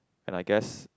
and I guess